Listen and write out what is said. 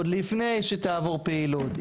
עוד לפני שתעבור פעילות,